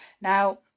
now